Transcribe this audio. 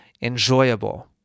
enjoyable